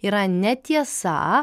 yra netiesa